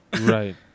right